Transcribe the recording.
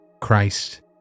Christ